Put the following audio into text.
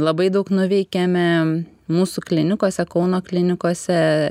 labai daug nuveikėme mūsų klinikose kauno klinikose